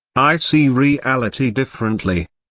i see reality differently.